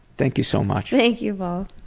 thank you so much! thank you paul.